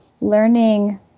learning